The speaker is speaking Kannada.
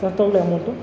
ಸರ್ ತಗೋಳಿ ಅಮೌಂಟು